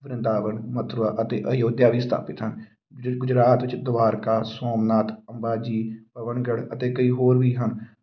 ਵਰਿੰਦਾਵਨ ਮਥੁਰਾ ਅਤੇ ਅਯੋਧਿਆ ਵੀ ਸਥਾਪਿਤ ਹਨ ਗੁ ਗੁਜਰਾਤ ਵਿੱਚ ਦਵਾਰਕਾ ਸੋਮਨਾਥ ਬਾਜੀ ਪਵਨਗੜ ਅਤੇ ਕਈ ਹੋਰ ਵੀ ਹਨ